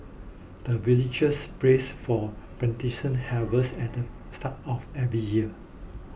the villagers prays for harvest at the start of every year